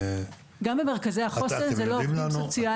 גם במרכזי החוסן זה לא עובדים סוציאליים רגילים.